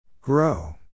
Grow